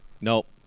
Nope